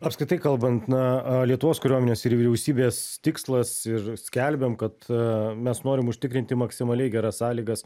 apskritai kalbant na lietuvos kariuomenės ir vyriausybės tikslas ir skelbiam kad mes norim užtikrinti maksimaliai geras sąlygas